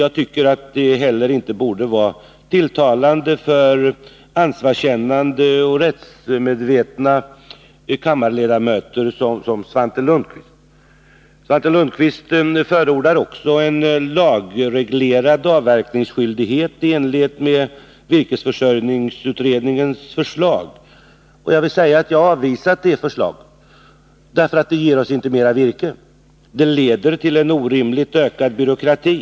Jag tycker att det heller inte borde tilltala en ansvarskännande och rättsmedveten kammarledamot som Svante Lundkvist. Svante Lundkvist förordar vidare en lagreglerad avverkningsskyldighet i enlighet med virkesförsörjningsutredningens förslag. Jag vill framhålla att jag har avvisat det förslaget, därför att det inte ger oss mera virke. Förslaget leder till en orimligt ökad byråkrati.